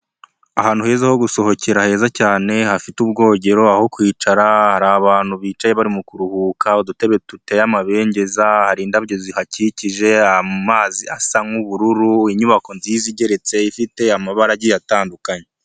Ni akazu ka emutiyene k'umuhondo, kariho ibyapa byinshi mu bijyanye na serivisi zose za emutiyene, mo imbere harimo umukobwa, ubona ko ari kuganira n'umugabo uje kumwaka serivisi.